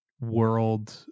world